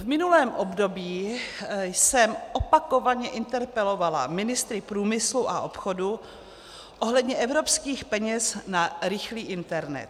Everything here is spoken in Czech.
V minulém období jsem opakovaně interpelovala ministry průmyslu a obchodu ohledně evropských peněz na rychlý internet.